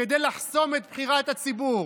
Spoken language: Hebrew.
כדי לחסום את בחירת הציבור.